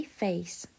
face